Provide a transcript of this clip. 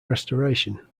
restoration